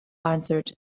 answered